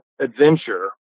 adventure